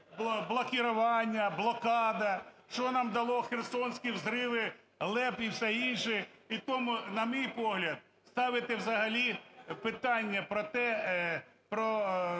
блокірування, блокада, що нам дало Херсонські взриви ЛЕП і все інше. І тому, на мій погляд, ставити взагалі питання про те… про